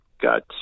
got